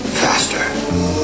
faster